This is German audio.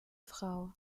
frau